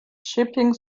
shipping